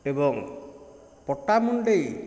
ଏବଂ ପଟାମୁଣ୍ଡେଇ